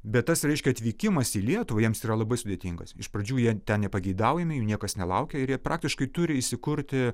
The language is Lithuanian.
bet tas reiškia atvykimas į lietuvą jiems yra labai sudėtingas iš pradžių jie ten nepageidaujami jų niekas nelaukia ir jie praktiškai turi įsikurti